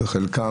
בחלקם,